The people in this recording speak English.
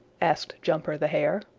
asked jumper the hare.